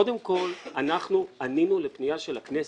קודם כל, אנחנו ענינו לפנייה של הכנסת.